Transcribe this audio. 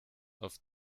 auf